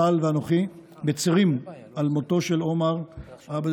צה"ל ואנוכי מצירים על מותו של עומר עבד